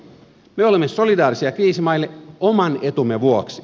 me olemme solidaarisia kriisimaille oman etumme vuoksi